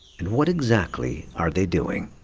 and what exactly are they doing?